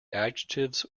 adjectives